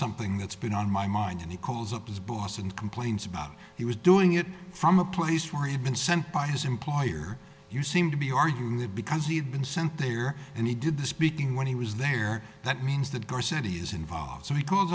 something that's been on my mind and he calls up his boss and complains about he was doing it from a place where have been sent by his employer you seem to be arguing that because he's been sent there and he did the speaking when he was there that means the door set is involved so he